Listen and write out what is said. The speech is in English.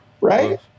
Right